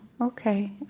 okay